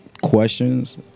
questions